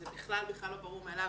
זה בכלל לא ברור מאליו,